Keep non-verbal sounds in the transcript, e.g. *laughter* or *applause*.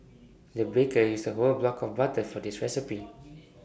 the baker used A whole block of butter for this recipe *noise*